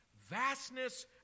vastness